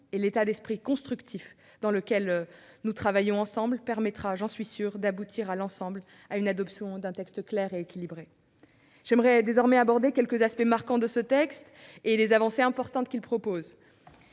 et l'état d'esprit constructif dans lequel nous travaillons ensemble permettront, j'en suis sûre, d'aboutir à l'adoption d'un texte clair et équilibré. J'aborderai à présent quelques aspects marquants de ces textes et des avancées importantes qu'ils